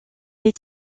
est